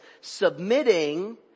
submitting